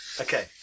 Okay